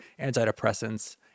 antidepressants